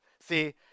See